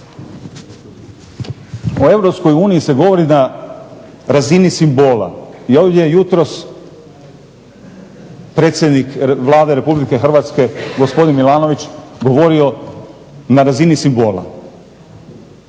uniji se govori na razini simbola. Jel je jutros predsjednik Vlade Republike Hrvatske gospodin Milanović govorio na razini simbola.